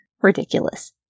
ridiculous